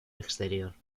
exterior